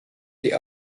die